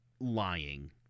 lying